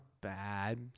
bad